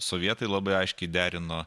sovietai labai aiškiai derino